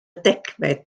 degfed